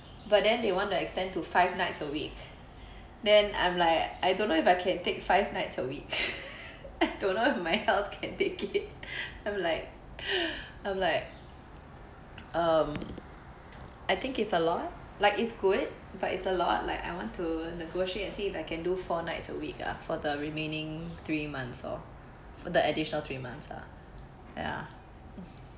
but then they want to extend to five nights a week then I'm like I don't know if I can take five nights a week I don't know if my health can take it I'm like um I think it's a lot like it's good but it's a lot like I want to negotiate and see if I can do four nights a week ah for the remaining three months orh for the additional three months ah ya